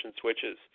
switches